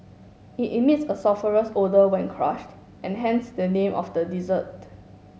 it emits a sulphurous odour when crushed and hence the name of the dessert